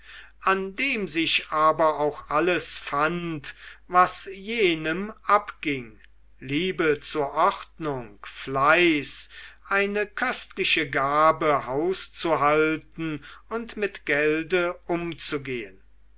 an dem sich aber auch alles fand was jenem abging liebe zur ordnung fleiß eine köstliche gabe hauszuhalten und mit gelde umzugehen